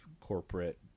corporate